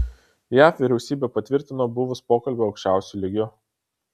jav vyriausybė patvirtino buvus pokalbio aukščiausiu lygiu